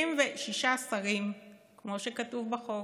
36 שרים, כמו שכתוב בחוק,